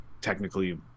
technically